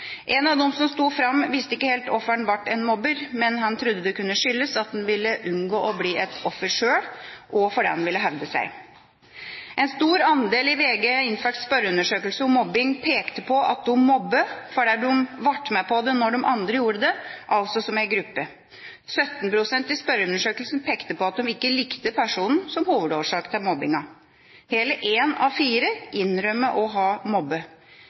En av dem som sto fram, visste ikke helt hvorfor han ble en mobber, men han trodde det kunne skyldes at han ville unngå å bli et offer sjøl, og fordi han ville hevde seg. En stor andel i VG/Infacts spørreundersøkelse om mobbing pekte på at de mobbet fordi de ble med når andre gjorde det, altså som gruppe. 17 pst. i spørreundersøkelsen pekte på at de ikke likte personen som hovedårsak til mobbingen. Hele én av fire innrømmet å ha